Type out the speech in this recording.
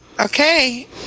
okay